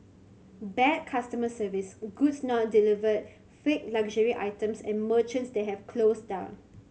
bad customer service goods not delivered fake luxury items and merchants they have closed down